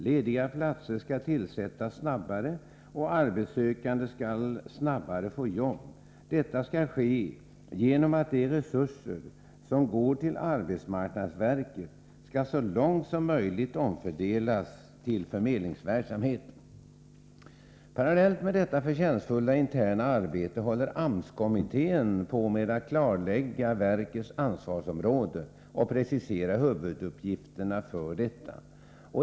Lediga platser skall tillsättas snabbare, och arbetssökande skall snabbare få jobb. Detta skall ske genom att de resurser som går till arbetsmarknadsverket så långt möjligt skall omfördelas till förmedlingsverksamheten. Parallellt med detta förtjänstfulla interna arbete håller AMS-kommittén på med att klarlägga verkets ansvarsområde och precisera huvuduppgifterna för detta.